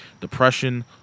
depression